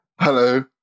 Hello